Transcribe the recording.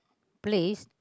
place